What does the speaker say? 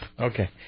Okay